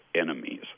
enemies